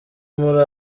muri